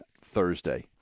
Thursday